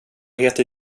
heter